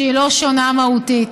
שהיא לא שונה מהותית.